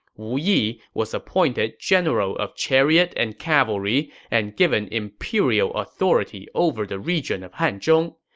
wu yi was appointed general of chariot and cavalry and given imperial authority over the region of hanzhong.